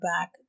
back